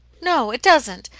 no, it doesn't.